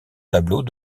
tableaux